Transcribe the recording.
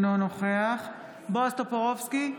אינו נוכח בועז טופורובסקי,